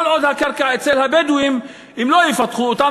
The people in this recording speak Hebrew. כל עוד הקרקע אצל הבדואים הם לא יפתחו אותה,